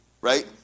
right